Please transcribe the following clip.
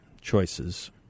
choices